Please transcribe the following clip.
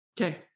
Okay